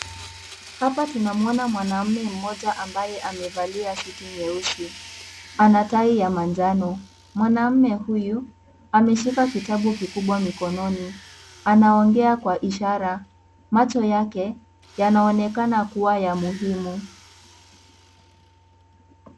Hapa tunamwona mwanaume mmoja ambaye amevalia suti nyeusi ana tai ya manjano . Mwanaume huyu ameshika kitabu kikubwa mikononi anaongea kwa ishara . Macho yake yanaonekana kuwa ya muhimu.